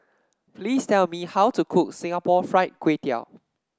please tell me how to cook Singapore Fried Kway Tiao